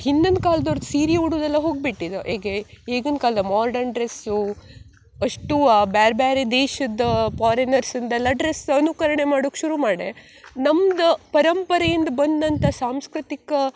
ಹಿಂದಿನ ಕಾಲ್ದವ್ರು ಸೀರೆ ಉಡುವುದೆಲ್ಲ ಹೋಗಿ ಬಿಟ್ಟಿದೆ ಎಗೆ ಈಗಿನ ಕಾಲದ ಮಾರ್ಡನ್ ಡ್ರೆಸ್ಸು ಅಷ್ಟೂ ಬ್ಯಾರೆ ಬೇರೆ ದೇಶದ್ದು ಫಾರಿನರ್ಸಿದ್ದೆಲ್ಲ ಡ್ರೆಸ್ ಅನುಕರಣೆ ಮಾಡುಕ್ಕೆ ಶುರು ಮಾಡೇ ನಮ್ದು ಪರಂಪರೆಯಿಂದ ಬಂದಂಥ ಸಾಂಸ್ಕೃತಿಕ